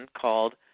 called